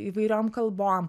įvairiom kalbom